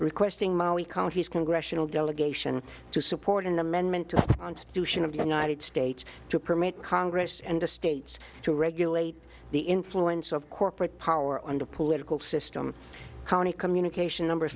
requesting molly county's congressional delegation to support an amendment to constitution of the united states to permit congress and the states to regulate the influence of corporate power under political system county communication number